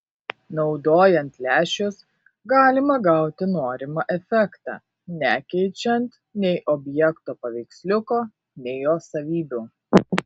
naudojant lęšius galima gauti norimą efektą nekeičiant nei objekto paveiksliuko nei jo savybių